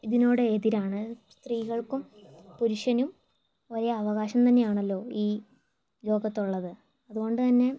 ഇതിനോട് എതിരാണ് സ്ത്രീകൾക്കും പുരുഷനും ഒരേ അവകാശം തന്നെയാണല്ലോ ഈ ലോകത്തുള്ളത് അത്കൊണ്ട്തന്നെ